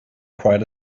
quite